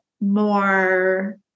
more